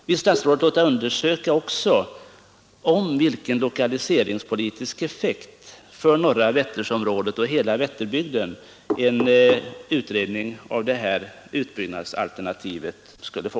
Vill statsrådet också låta undersöka vilken lokaliseringspolitisk effekt för norra Vätterområdet och hela Vätterbygden utbyggnadsalternativet skulle ge?